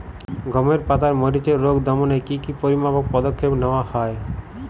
গমের পাতার মরিচের রোগ দমনে কি কি পরিমাপক পদক্ষেপ নেওয়া হয়?